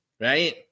right